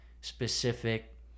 specific